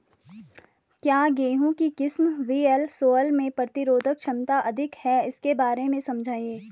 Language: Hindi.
क्या गेहूँ की किस्म वी.एल सोलह में प्रतिरोधक क्षमता अधिक है इसके बारे में समझाइये?